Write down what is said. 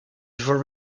before